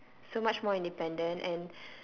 so much more independent and